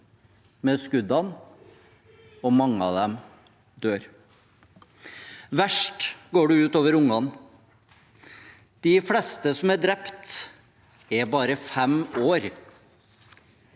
og skuddene, og mange av dem dør. Verst går det ut over ungene. De fleste som er drept, er bare fem år.